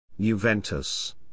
Juventus